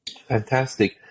Fantastic